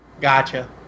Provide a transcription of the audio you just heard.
Gotcha